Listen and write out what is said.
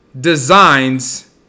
designs